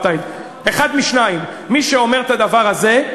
אחד משניים: מי שאומר את הדבר הזה,